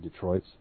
Detroits